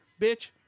bitch